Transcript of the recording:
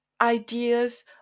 ideas